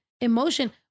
emotion